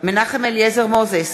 מנחם אליעזר מוזס,